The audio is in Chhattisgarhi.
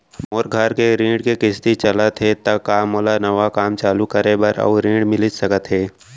मोर घर के ऋण के किसती चलत हे ता का मोला नवा काम चालू करे बर अऊ ऋण मिलिस सकत हे?